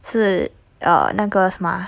是 uh 那个什么 ah